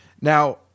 Now